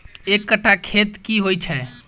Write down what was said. एक कट्ठा खेत की होइ छै?